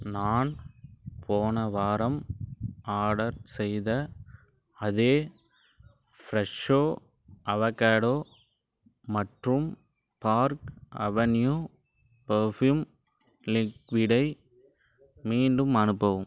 நான் போன வாரம் ஆடர் செய்த அதே ஃப்ரெஷோ அவேகேடோ மற்றும் பார்க் அவென்யூ பெர்ஃப்யூம் லிக்விடை மீண்டும் அனுப்பவும்